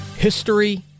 History